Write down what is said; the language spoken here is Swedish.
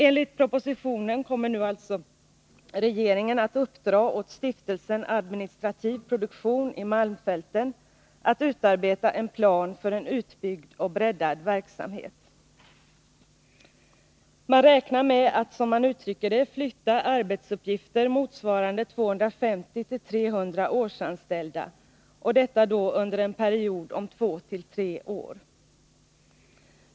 Enligt propositionen kommer nu alltså regeringen att uppdra åt stiftelsen Administrativ produktion i malmfälten att utarbeta en plan för en utbyggd och breddad verksamhet. Man räknar med att, som man uttrycker det, flytta arbetsuppgifter motsvarande 250-300 årsanställda, under en period om två tre år.